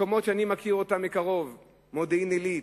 מקומות שאני מכיר אותם מקרוב, מודיעין-עילית,